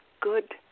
good